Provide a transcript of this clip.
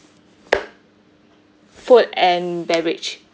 food and beverage